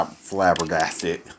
flabbergasted